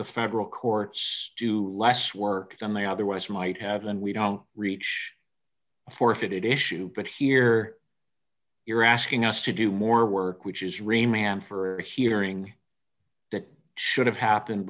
the federal courts do less worked on they otherwise might have than we don't reach forfeited issue with here you're asking us to do more work which is remained for hearing that should have happened